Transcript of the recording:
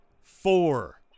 Four